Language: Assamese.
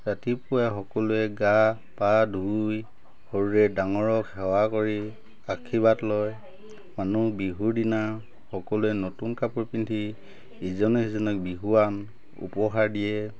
ৰাতিপুৱা সকলোৱে গা পা ধুই সৰুৱে ডাঙৰক সেৱা কৰি আশীৰ্বাদ লয় মানুহ বিহুৰদিনা সকলোৱে নতুন কাপোৰ পিন্ধি ইজনে সিজনক বিহুৱান উপহাৰ দিয়ে